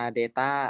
data